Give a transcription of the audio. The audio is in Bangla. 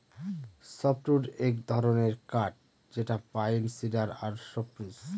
সফ্টউড এক ধরনের কাঠ যেটা পাইন, সিডার আর সপ্রুস